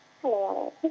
Hello